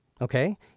okay